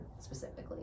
specifically